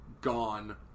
gone